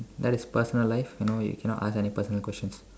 that is personal life you know you cannot ask any personal questions